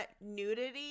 nudity